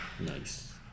Nice